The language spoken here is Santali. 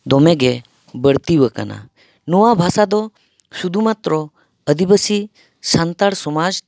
ᱫᱚᱢᱮ ᱜᱮ ᱵᱟᱹᱲᱛᱤ ᱟᱠᱟᱱᱟ ᱱᱚᱣᱟ ᱵᱷᱟᱥᱟ ᱫᱚ ᱥᱩᱫᱷᱩ ᱢᱟᱛᱨᱚ ᱟᱹᱫᱤᱵᱟᱹᱥᱤ ᱥᱟᱱᱛᱟᱲ ᱥᱚᱢᱟᱡ